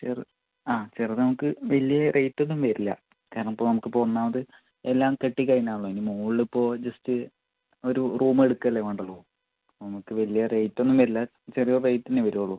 ആ ചെറുത് നമുക്ക് വലിയ റേറ്റ് ഒന്നും വരില്ല കാരണം ഇപ്പോൾ നമുക്ക് ഇപ്പോൾ ഒന്നാമത് എല്ലാം കെട്ടി കഴിഞ്ഞ ആണല്ലോ ഇനി മുകളിൽ ഇപ്പോൾ ജസ്റ്റ് ഒരു റൂമ് എടുക്കുകയല്ലേ വേണ്ടുള്ളൂ നമുക്ക് വലിയ റേറ്റ് ഒന്നും വരില്ല ചെറിയ റേറ്റിനെ വരൂള്ളു